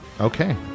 Okay